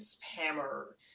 hammer